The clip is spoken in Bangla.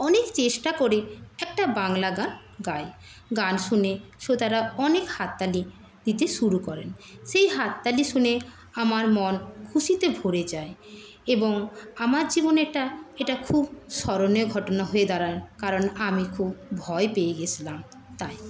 অনেক চেষ্টা করে একটা বাংলা গান গাই গান শুনে শ্রোতারা অনেক হাততালি দিতে শুরু করেন সেই হাততালি শুনে আমার মন খুশিতে ভরে যায় এবং আমার জীবনে একটা এটা খুব স্মরণীয় ঘটনা হয়ে দাঁড়ায় কারণ আমি খুব ভয় পেয়ে গেছিলাম তাই